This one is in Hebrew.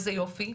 איזה יופי,